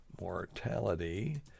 Mortality